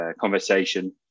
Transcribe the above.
conversation